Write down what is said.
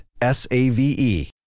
S-A-V-E